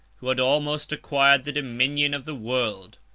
who had almost acquired the dominion of the world,